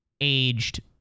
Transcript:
aged